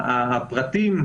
הפרטים,